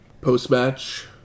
Post-match